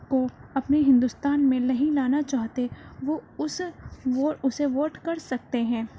کو اپنے ہندوستان میں نہیں لانا چاہتے وہ اس ووٹ اسے ووٹ کر سکتے ہیں